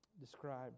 described